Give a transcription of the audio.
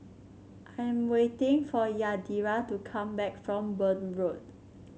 I am waiting for Yadira to come back from Burn Road